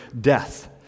death